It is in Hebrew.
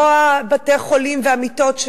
לא בתי-החולים והמיטות,